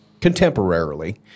contemporarily